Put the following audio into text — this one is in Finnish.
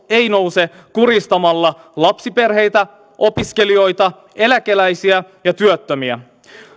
ei nouse kurjistamalla lapsiperheitä opiskelijoita eläkeläisiä ja työttömiä